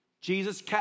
Jesus